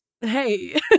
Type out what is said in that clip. Hey